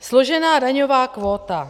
Složená daňová kvóta.